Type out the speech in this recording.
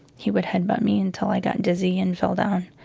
he would headbutt me until i got dizzy and fell down.